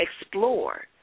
explore